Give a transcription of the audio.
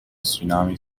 tsunami